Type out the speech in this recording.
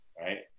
right